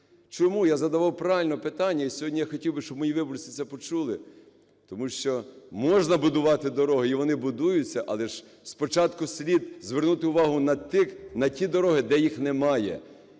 Чому, я задавав правильне питання, і сьогодні я хотів би, щоб мої виборці це почули. Тому що можна будувати дороги, і вони будуються, але ж спочатку слід звернути увагу на ті дороги, де їх немає.